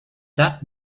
that